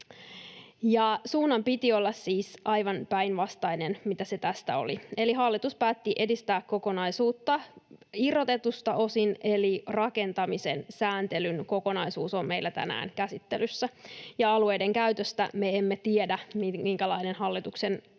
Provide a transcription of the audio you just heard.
Suunnan piti olla siis aivan päinvastainen kuin se tästä oli. Hallitus päätti edistää tätä kokonaisuutta irrotetuin osin, eli rakentamisen sääntelyn kokonaisuus on meillä tänään käsittelyssä, ja alueidenkäytöstä me emme tiedä, minkälainen hallituksen